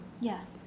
Yes